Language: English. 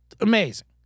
amazing